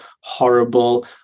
horrible